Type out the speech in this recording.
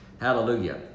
Hallelujah